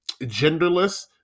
genderless